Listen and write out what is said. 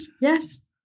Yes